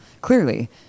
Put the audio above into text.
clearly